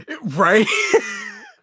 Right